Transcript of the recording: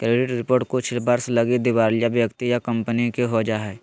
credit report कुछ वर्ष लगी दिवालिया व्यक्ति या कंपनी के हो जा हइ